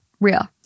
real